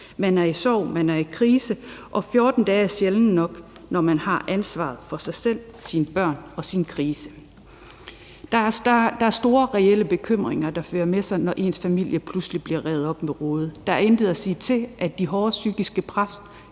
Man er i sorg, man er i krise, og 14 dage er sjældent nok, når man har ansvaret for sig selv, sine børn og sin krise. Det er store, reelle bekymringer, det fører med sig, når ens familie pludselig bliver revet op med rod. Der er intet at sige til, at det hårde psykiske pres